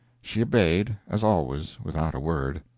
she obeyed as always, without a word.